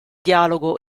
dialogo